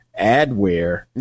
adware